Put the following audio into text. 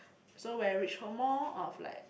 so when I reach home more of like